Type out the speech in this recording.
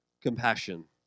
compassion